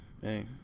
hey